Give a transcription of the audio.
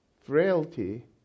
frailty